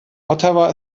ottawa